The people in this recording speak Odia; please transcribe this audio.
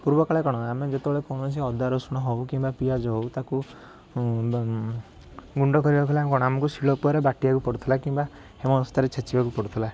ପୂର୍ବକାଳେ କ'ଣ ଆମେ ଯେତେବେଳେ କୌଣସି ଅଦା ରସୁଣ ହେଉ କିମ୍ବା ପିଆଜ ହେଉ ତାକୁ ଗୁଣ୍ଡ କରିବାକୁ ହେଲେ ଆମକୁ ଶୀଳପୁଆରେ ବାଟିବାକୁ ପଡ଼ୁଥିଲା କିମ୍ବା ହେମ ଦସ୍ତାରେ ଛେଚିବାକୁ ପଡ଼ୁଥିଲା